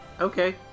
Okay